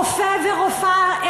רופא ורופאה,